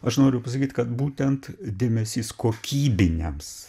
aš noriu pasakyt kad būtent dėmesys kokybiniams